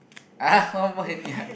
ah home what any ah